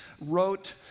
wrote